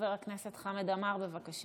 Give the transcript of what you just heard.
חבר הכנסת חמד עמאר, בבקשה.